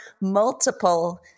multiple